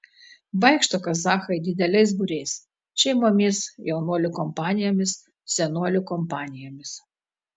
vaikšto kazachai dideliais būriais šeimomis jaunuolių kompanijomis senolių kompanijomis